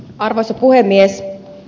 arvoisa puhemies